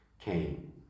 came